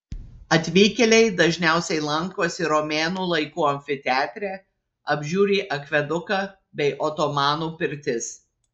atvykėliai dažniausiai lankosi romėnų laikų amfiteatre apžiūri akveduką bei otomanų pirtis